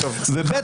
ושנית,